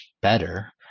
better